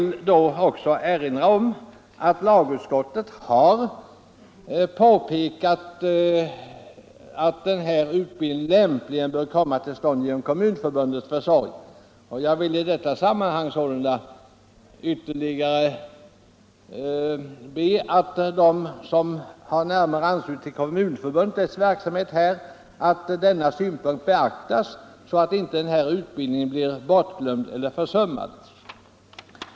Lagutskottet har alltså påpekat att utbildningen i fråga lämpligen bör komma till stånd genom Kommunförbundets försorg. Jag vill i detta sammanhang vädja till riksdagsledamöter som har närmare anknytning till Kommunförbundets verksamhet att beakta denna synpunkt, så att utbildningen inte blir försummad eller bortglömd.